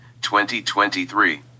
2023